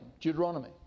Deuteronomy